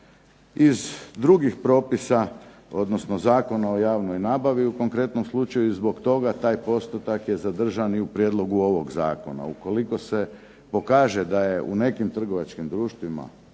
iz drugih propisa, odnosno Zakona o javnoj nabavi, u konkretnom slučaju zbog toga taj postotak je zadržan i u prijedlogu ovog zakona. Ukoliko se pokaže da je u nekim trgovačkim društvima,